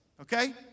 okay